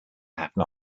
happen